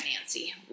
Nancy